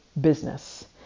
business